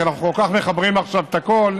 כי אנחנו כל כך מחברים עכשיו את הכול,